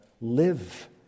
live